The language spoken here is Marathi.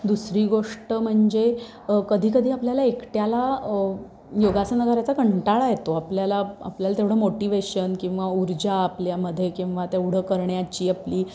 दुसरी गोष्ट म्हणजे कधीकधी आपल्याला एकट्याला योगासनं करायचा कंटाळा येतो आपल्याला आपल्याला तेवढं मोटिवेशन किंवा ऊर्जा आपल्यामध्ये किंवा तेवढं करण्याची आपली